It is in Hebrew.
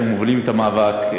שמובילים את המאבק,